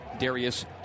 Darius